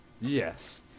yes